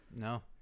No